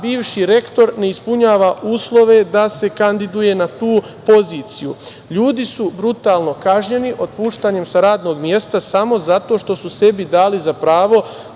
bivši rektor ne ispunjava uslove da se kandiduje na tu poziciju. Ljudi su brutalno kažnjeni otpuštanjem sa radnog mesta samo zato što su sebi dali za pravo